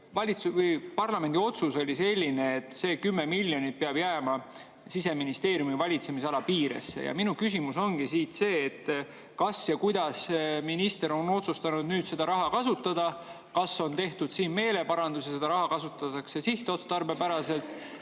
Parlamendi otsus oli selline, et see 10 miljonit peab jääma Siseministeeriumi valitsemisala piiresse. Minu küsimus ongi siit see: kas ja kuidas minister on otsustanud nüüd seda raha kasutada? Kas on tehtud siin meeleparandus ja seda raha kasutatakse sihtotstarbepäraselt?